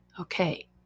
Okay